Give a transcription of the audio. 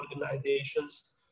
organizations